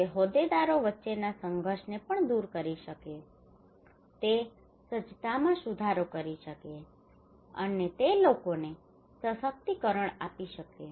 તે હોદ્દેદારો વચ્ચેના સંઘર્ષને પણ દૂર કરી શકે છે તે સજ્જતામાં સુધારો કરી શકે છે અને તે લોકોને સશક્તિકરણ આપી શકે છે